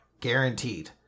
Guaranteed